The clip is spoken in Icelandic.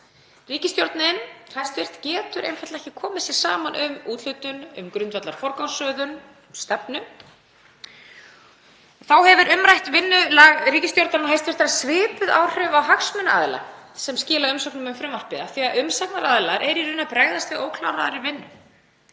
ríkisstjórn getur einfaldlega ekki komið sér saman um úthlutun, um grundvallarforgangsröðun, um stefnu. Þá hefur umrætt vinnulag ríkisstjórnarinnar svipuð áhrif á hagsmunaaðila sem skila umsögnum um frumvarpið af því að umsagnaraðilar eru í raun að bregðast við ókláraðri vinnu.